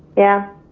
yeah